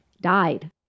died